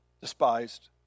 despised